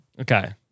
Okay